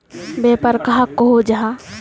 व्यापार कहाक को जाहा?